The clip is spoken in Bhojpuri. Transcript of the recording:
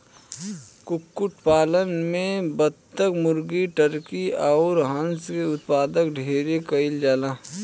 कुक्कुट पालन में बतक, मुर्गी, टर्की अउर हंस के उत्पादन ढेरे कईल जाला